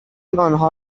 آنها